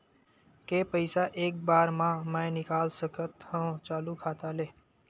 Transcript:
के पईसा एक बार मा मैं निकाल सकथव चालू खाता ले?